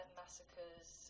massacres